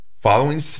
following